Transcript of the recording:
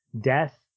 death